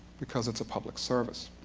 because it's a public service.